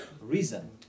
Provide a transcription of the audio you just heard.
reason